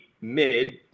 mid